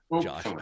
Josh